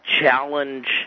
challenge